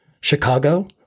Chicago